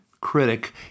critic